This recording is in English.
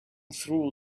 through